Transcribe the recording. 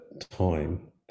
time